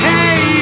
Hey